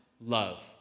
love